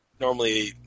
normally